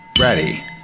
ready